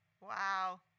Wow